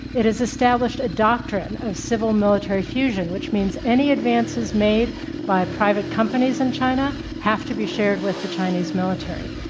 it has established a doctrine of civil-military fusion, which means any advancements made by private companies in china have to be shared with the chinese military.